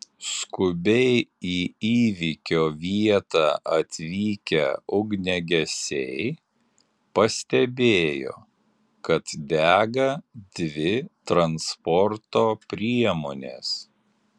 skubiai į įvykio vietą atvykę ugniagesiai pastebėjo kad dega dvi transporto priemonės